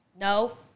no